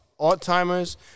Alzheimer's